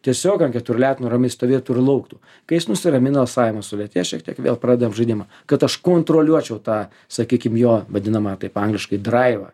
tiesiog ant keturių letenų ramiai stovėtų ir lauktų kai jis nusiramina alsavimas sulėtės šiek tiek vėl pradedam žaidimą kad aš kontroliuočiau tą sakykim jo vadinamą taip angliškai draivą